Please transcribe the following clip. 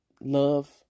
love